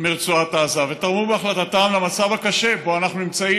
מרצועת עזה ותרמו בהחלטתן למצב הקשה שבו אנחנו נמצאים,